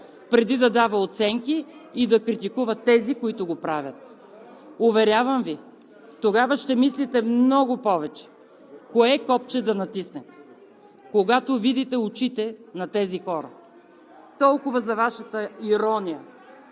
преди да дава оценки и да критикува тези, които го правят. Уверявам Ви, тогава ще мислите много повече кое копче да натиснете, когато видите очите на тези хора. Толкова за Вашата ирония